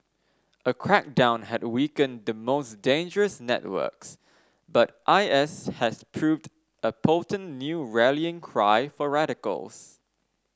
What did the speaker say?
a crackdown had weakened the most dangerous networks but I S has proved a potent new rallying cry for radicals